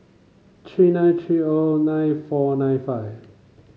three nine three O nine four nine five